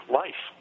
life